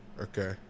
Okay